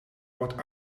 wordt